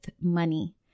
money